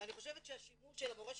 ואני חושבת שהשימור של המורשת,